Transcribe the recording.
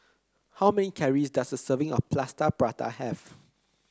how many calories does a serving of Plaster Prata have